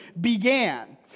began